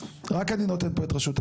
רק אני נותן פה את רשות הדיבור,